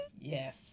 Yes